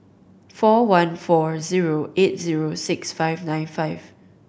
four one four zero eight zero six five nine five